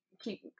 keep